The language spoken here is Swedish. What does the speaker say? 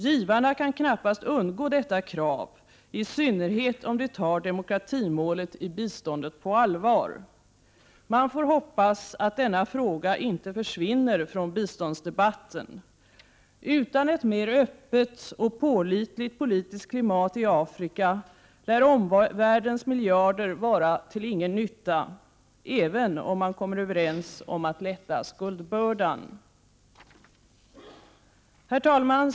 Givarna kan knappast undgå detta krav, i synnerhet om de tar demokratimålet i biståndet på allvar. Man får hoppas att denna fråga inte försvinner från biståndsdebatten. Utan ett mer öppet och pålitligt politiskt klimat i Afrika lär omvärldens miljarder vara till ingen nytta — även om man kommer överens om att lätta skuldbördan.” Herr talman!